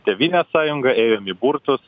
tėvynės sąjunga ėjom į burtus